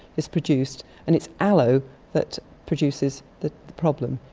is produced and it's allo that produces the problem,